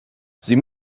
sie